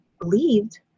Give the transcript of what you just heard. believed